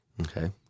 Okay